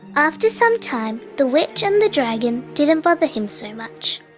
after some time, the witch and the dragon didn't bother him so much.